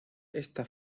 esta